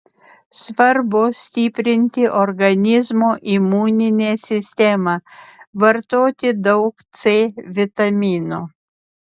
svarbu stiprinti organizmo imuninę sistemą vartoti daug c vitamino